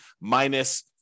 minus